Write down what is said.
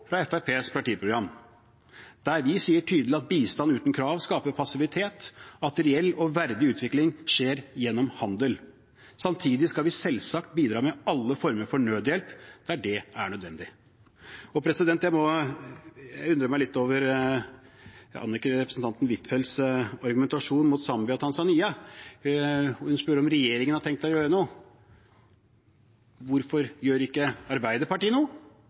fra Fremskrittspartiets partiprogram, der vi sier tydelig at bistand uten krav skaper passivitet, og at reell og verdig utvikling skjer gjennom handel. Samtidig skal vi selvsagt bidra med alle former for nødhjelp der det er nødvendig. Jeg undrer meg litt over representanten Huitfeldts argumentasjon når det gjelder Zambia og Tanzania. Hun spør om regjeringen har tenkt å gjøre noe. Hvorfor gjør ikke Arbeiderpartiet